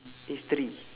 history